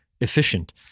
efficient